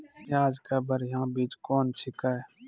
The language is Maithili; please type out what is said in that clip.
प्याज के बढ़िया बीज कौन छिकै?